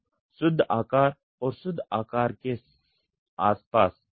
तो शुद्ध आकार और शुद्ध आकार के आस पास